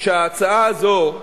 שההצעה הזו,